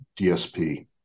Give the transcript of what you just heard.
DSP